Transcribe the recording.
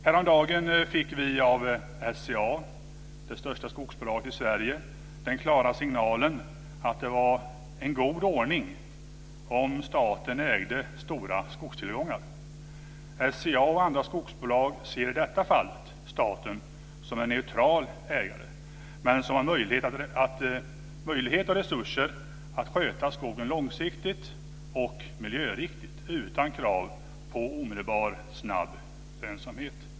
Häromdagen fick vi av SCA - det största skogsbolaget i Sverige - en klar signal om att det är en god ordning om staten äger stora skogstillgångar. SCA och andra skogsbolag ser i detta fall staten som en neutral ägare som har möjlighet och resurser att sköta skogen långsiktigt och miljöriktigt utan krav på omedelbar lönsamhet.